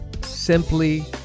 Simply